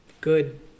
good